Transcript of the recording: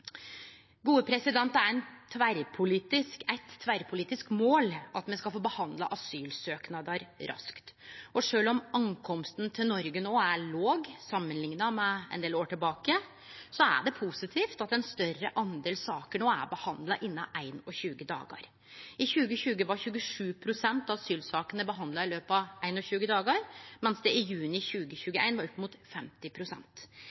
Det er eit tverrpolitisk mål at me skal behandla asylsøknader raskt. Sjølv om innkomsten til Noreg no er låg samanlikna med ein del år tilbake, er det positivt at ein større del saker no er behandla innan 21 dagar. I 2020 var 27 pst. av asylsakene behandla i løpet av 21 dagar, mens det i juni